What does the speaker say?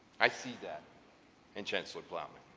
i see that in chancellor plowman.